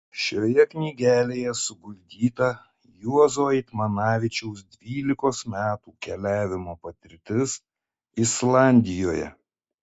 šioje knygelėje suguldyta juozo eitmanavičiaus dvylikos metų keliavimo patirtis islandijoje